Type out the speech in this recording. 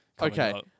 Okay